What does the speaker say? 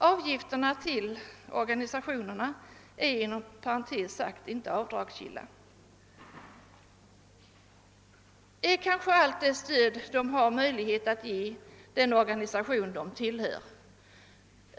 Avgifterna till organisationer är inom parentes sagt inte avdragsgilla, och det är framför allt det stödet medlemmarna har möjlighet att ge den organisation de tillhör.